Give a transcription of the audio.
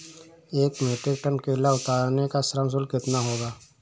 एक metric ton केला उतारने का श्रम शुल्क कितना होगा?